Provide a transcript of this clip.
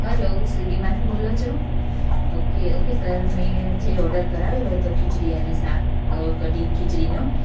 hello સ્વિગીમાંથી બોલો છો ઓકે ઓકે સર મેં જે ઓર્ડર કરાવેલો હતો ખીચડી અને શાક કઢી ખીચડીનો